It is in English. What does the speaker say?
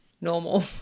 normal